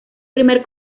primer